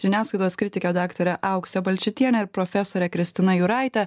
žiniasklaidos kritike daktare aukse balčytiene ir profesore kristina juraite